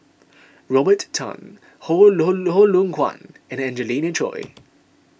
Robert Tan Hoong Loh Loh Kwan and Angelina Choy